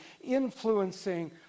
influencing